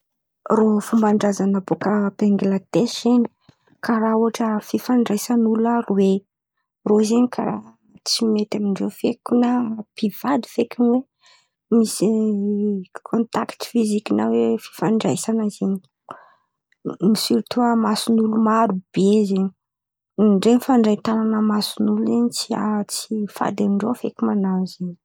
Rô fomban-draza boka Bangladesy zen̈y, karà ohatra fifandraisan'olo aroe. Rô zen̈y karà tsy mety amin-drô feky na mpivady fekiny hoe misy kontakty fiziky na hoe fifandraisan̈a zen̈y. Sirto amy mason'olo marô be zen̈y. Ndray fandray tan̈ana amy mason'olo fady am-drô feky.